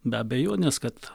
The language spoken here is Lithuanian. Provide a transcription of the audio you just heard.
be abejonės kad